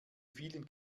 vielen